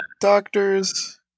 doctors